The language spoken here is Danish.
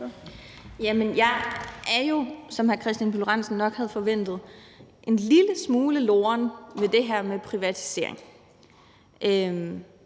Jeg er jo, som hr. Kristian Pihl Lorentzen nok havde forventet, en lille smule loren ved det her